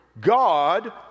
God